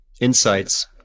insights